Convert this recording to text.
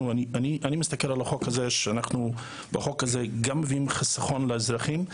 אני מסתכל על החוק הזה בו אנחנו גם מביאים חסכון לאזרחים,